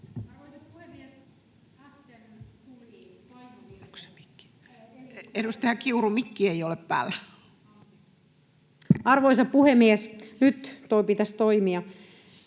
Arvoisa puhemies! Nyt pitäisi toimia.